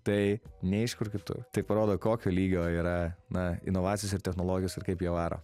tai ne iš kur kitur tai parodo kokio lygio yra na inovacijos ir technologijos ir kaip jie varo